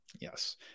Yes